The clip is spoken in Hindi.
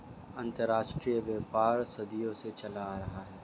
अंतरराष्ट्रीय व्यापार सदियों से चला आ रहा है